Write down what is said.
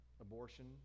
abortion